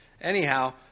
Anyhow